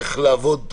איך לעבוד.